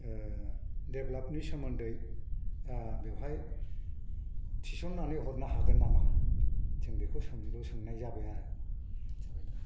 देभेलप्त सोमोन्दै बेवहाय थिसननानै हरनो हागोन नामा जों बेखौ सोंलु सोंनाय जाबाय आरो जाबायना